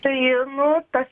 tai nu tas